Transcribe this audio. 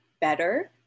better